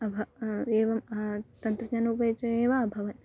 अभ एवं तन्त्रज्ञानम् उपयुज्य एव अभवत्